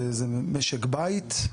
משק בית,